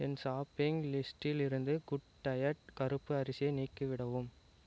என் shopping லிஸ்ட்டிலிருந்து good diet கருப்பு அரிசியை நீக்கிவிடவும்